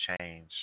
change